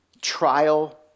trial